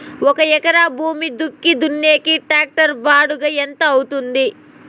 ఒక ఎకరా భూమి దుక్కి దున్నేకి టాక్టర్ బాడుగ ఎంత అవుతుంది?